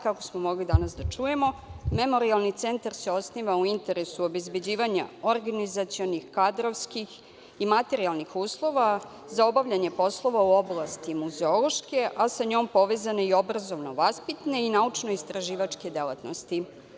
Kako smo mogli danas da čujemo, memorijalni centar se osniva u interesu obezbeđivanja organizacionih, kadrovskih i materijalnih uslova za obavljanje poslova u oblasti muzeološke, a sa njom povezane i obrazovno-vaspitne i naučno-istraživačke delatnosti.